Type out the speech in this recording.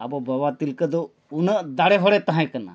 ᱟᱵᱚ ᱵᱟᱵᱟ ᱛᱤᱞᱠᱟᱹ ᱫᱚ ᱩᱱᱟᱹᱜ ᱫᱟᱲᱮ ᱦᱚᱲᱮ ᱛᱟᱦᱮᱸ ᱠᱟᱱᱟ